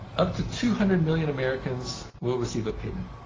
up to two hundred million americans will receive a payment.